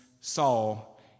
Saul